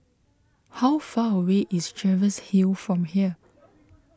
how far away is Jervois Hill from here